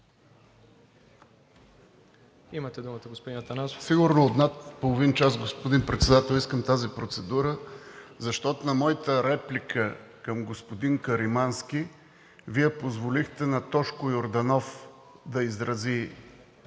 (Нечленуващ в ПГ): Сигурно от над половин час, господин Председател, искам тази процедура, защото на моята реплика към господин Каримански Вие позволихте на Тошко Йорданов да изрази